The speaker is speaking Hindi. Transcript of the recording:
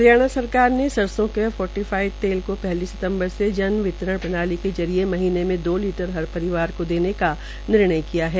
हरियाणा सरकार ने सरसों के फोर्टीफाईड तेल को पहली सितम्बर से जन वितरण प्रणाली के जरिये महीनें में दो लीटर हर परिवार देने का निर्णय किया है